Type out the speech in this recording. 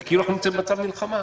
זה כאילו אנחנו נמצאים במצב מלחמה.